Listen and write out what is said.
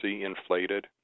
inflated